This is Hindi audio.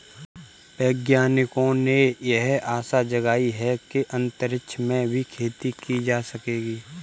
वैज्ञानिकों ने यह आशा जगाई है कि अंतरिक्ष में भी खेती की जा सकेगी